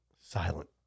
silent